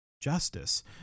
justice